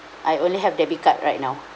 I only have debit card right now